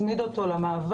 מצמיד אותו למעבר,